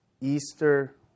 Easter